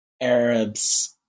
Arabs